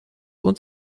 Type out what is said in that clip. und